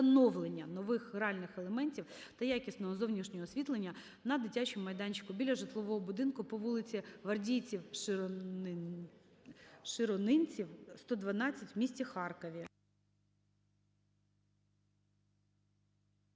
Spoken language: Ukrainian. нових гральних елементів та якісного зовнішнього освітлення на дитячому майданчику біля житлового будинку по вулиці Гвардійців-Широнинців, 112 в місті Харкові.